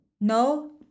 No